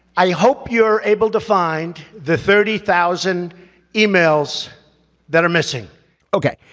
i hope you're able to find the thirty thousand emails that are missing ok,